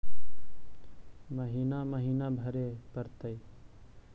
महिना महिना भरे परतैय?